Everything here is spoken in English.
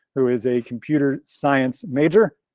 who is a computer science major.